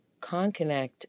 ConConnect